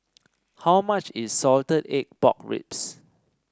how much is Salted Egg Pork Ribs